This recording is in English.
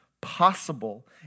possible